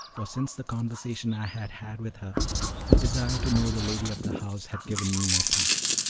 for since the conversation i had had with her the desire to know the lady of the house had given me no peace.